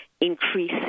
increase